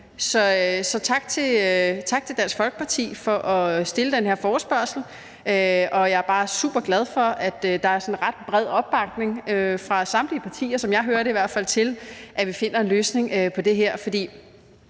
Så tak til Dansk Folkeparti for at stille den her forespørgsel, og jeg er bare superglad for, at der er sådan ret bred opbakning fra samtlige partier – som jeg hører det i hvert fald – til, at vi finder en løsning på det her.